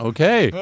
Okay